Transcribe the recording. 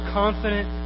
confident